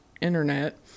internet